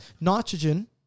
nitrogen